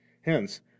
Hence